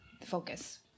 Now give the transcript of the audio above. focus